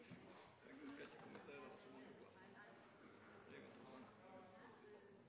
Jeg tenkte jeg ikke